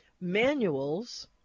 Manual's